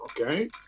Okay